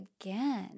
again